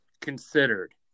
considered